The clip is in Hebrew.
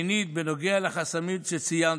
שנית, בנוגע לחסמים שציינתם,